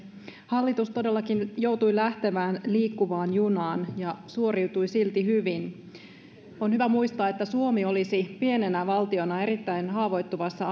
hallitus todellakin joutui lähtemään liikkuvaan junaan ja suoriutui silti hyvin on hyvä muistaa että suomi olisi pienenä valtiona erittäin haavoittuvassa